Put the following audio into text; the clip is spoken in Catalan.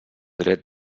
dret